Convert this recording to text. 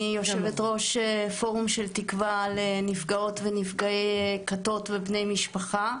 אני יו"ר פורום של תקווה לנפגעות ונפגעי כתות ובני משפחה.